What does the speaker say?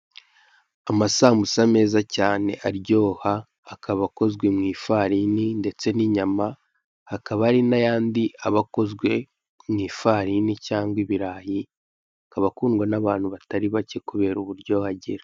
Amasamusa meza cyane aryoha, hakaba akozwe mu ifarini ndetse n'inyama, hakaba ari n'ayandi aba akozwe mu ifarini cyangwa ibirayi, akaba akundwa n'abantu batari bake kubera uburyohe agira.